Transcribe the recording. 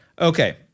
okay